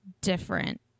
different